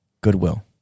goodwill